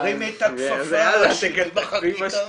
תרימי את הכפפה, שינוי בחקיקה,